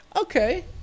okay